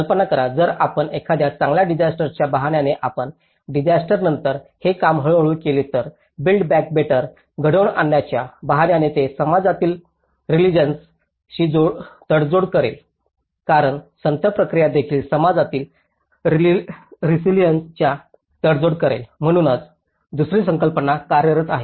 कल्पना करा जर आपण एखाद्या चांगल्या डिसास्टरच्या बहाण्याने आपण डिसास्टरनंतर हे काम हळू हळू केले तर बिल्ड बॅक बेटर घडवून आणण्याच्या बहाण्याने ते समाजातील रेसिलियन्सशी तडजोड करेल कारण संथ प्रक्रिया देखील समाजातील रेसिलियन्सला तडजोड करेल म्हणूनच दुसरी संकल्पना कार्यरत आहे